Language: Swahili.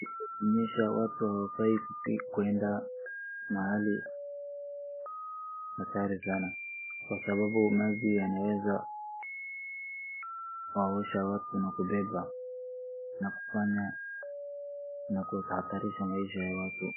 Kukinyesha watu hawafai kuenda mahali hatari sana kwasababu maji yanaweza kuwaosha watu na kubeba na kufanya na kuhatarisha maisha ya watu.